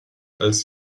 als